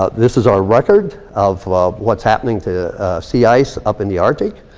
ah this is our record of what's happening to sea ice up in the arctic.